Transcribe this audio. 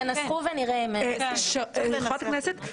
חברת הכנסת,